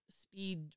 speed